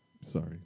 sorry